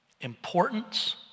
importance